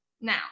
now